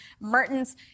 Mertens